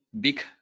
big